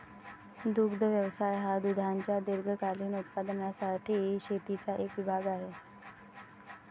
दुग्ध व्यवसाय हा दुधाच्या दीर्घकालीन उत्पादनासाठी शेतीचा एक विभाग आहे